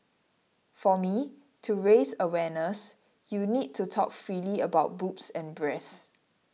for me to raise awareness you need to talk freely about boobs and breasts